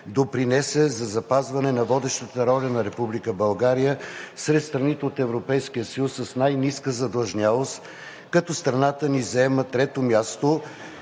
допринесе за запазване на водещата роля на Република България сред страните от Европейския съюз с най-ниска задлъжнялост, като страната ни заема трето място,